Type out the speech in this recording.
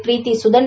Preethi Sudan